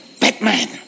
batman